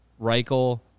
Reichel